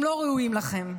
הם לא ראויים לכם.